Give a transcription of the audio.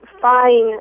fine